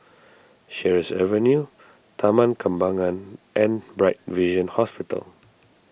Sheares Avenue Taman Kembangan and Bright Vision Hospital